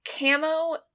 camo